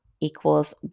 equals